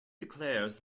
declares